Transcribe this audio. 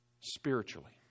spiritually